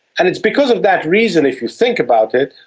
and it's because of that reason, if you think about it,